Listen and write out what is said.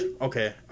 okay